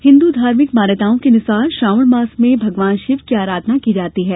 हिन्दू धार्मिक मान्यताओं के अनुसार श्रावण मास में भगवान शिव की आराधना की जाती है